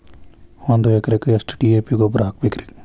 ಒಂದು ಎಕರೆಕ್ಕ ಎಷ್ಟ ಡಿ.ಎ.ಪಿ ಗೊಬ್ಬರ ಹಾಕಬೇಕ್ರಿ?